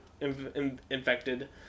infected